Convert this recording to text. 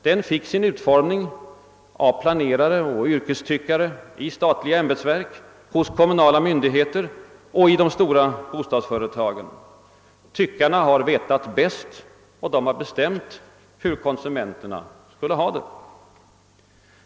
Den fick sin utformning av planerare och yrkestyckare i statliga ämbetsverk, hos kommunala myndigheter och i de stora bostadsföretagen. Tyckarna har vetat bäst, och de har bestämt hur. konsumenterna skulle ha det.